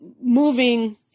moving